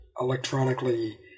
electronically